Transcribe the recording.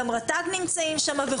גם רט"ג נמצאים שם.